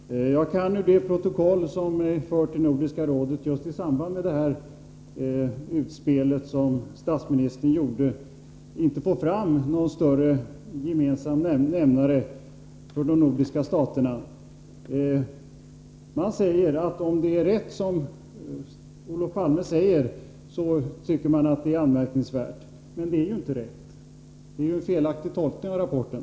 Herr talman! Jag kan ur det protokoll som är fört i Nordiska rådet just i samband med detta utspel som statsministern gjorde inte få fram någon direkt gemensam nämnare för de nordiska staterna. Man uttalar att om det är rätt som Olof Palme säger, så tycker man att detta är anmärkningsvärt. Men vad statsministern sade är ju inte rätt — det är en felaktig tolkning av rapporten.